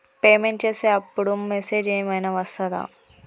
Payment చేసే అప్పుడు message ఏం ఐనా వస్తదా?